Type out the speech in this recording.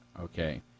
Okay